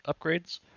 upgrades